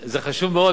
זה חשוב מאוד,